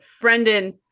Brendan